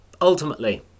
ultimately